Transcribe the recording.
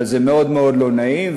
אבל זה מאוד מאוד לא נעים,